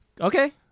Okay